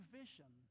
vision